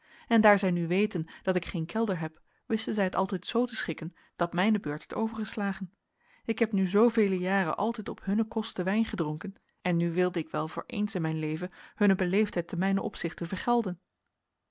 en daar zij nu weten dat ik geen kelder heb wisten zij het altijd z te schikken dat mijne beurt werd overgeslagen ik heb nu zoovele jaren altijd op hunne kosten wijn gedronken en nu wilde ik wel voor eens in mijn leven hunne beleefdheid te mijnen opzichte vergelden